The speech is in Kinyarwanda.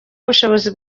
ubushobozi